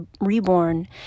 reborn